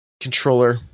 controller